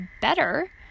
better